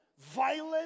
violent